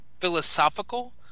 philosophical